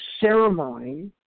ceremony